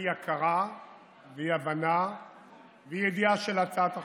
על אי-הכרה ואי-הבנה ואי-ידיעה של הצעת החוק.